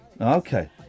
Okay